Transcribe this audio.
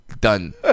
done